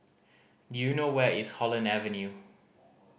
do you know where is Holland Avenue